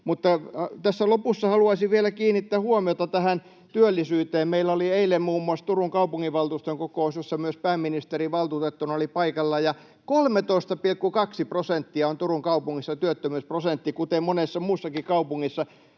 lopussa haluaisin vielä kiinnittää huomiota tähän työllisyyteen. Meillä oli eilen muun muassa Turun kaupunginvaltuuston kokous, jossa myös pääministeri valtuutettuna oli paikalla, ja 13,2 prosenttia on Turun kaupungissa työttömyysprosentti, kuten monessa muussakin kaupungissa.